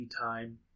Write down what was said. time